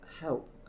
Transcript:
help